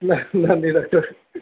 ഇല്ല നന്ദി ഡോക്ടർ